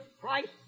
Christ